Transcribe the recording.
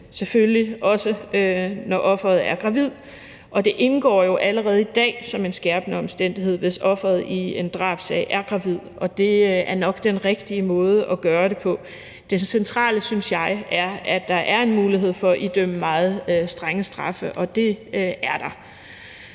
selvfølgelig også, når offeret er gravid, og det indgår jo allerede i dag som en skærpende omstændighed, hvis offeret i en drabssag er gravid, og det er nok den rigtige måde at gøre det på. Det centrale synes jeg er, at der er en mulighed for at idømme meget strenge straffe, og det er der.